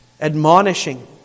admonishing